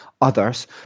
others